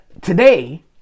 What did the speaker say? Today